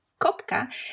Kopka